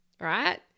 right